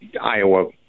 Iowa